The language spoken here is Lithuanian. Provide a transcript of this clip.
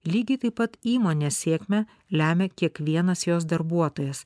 lygiai taip pat įmonės sėkmę lemia kiekvienas jos darbuotojas